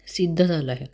सिद्ध झालं आहे